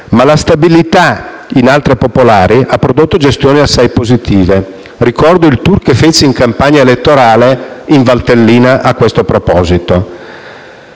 Ma la stabilità in altre popolari ha prodotto gestioni assai positive. Ricordo il *tour* che feci in campagna elettorale in Valtellina a questo proposito.